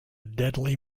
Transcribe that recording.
deadly